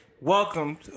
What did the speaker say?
Welcome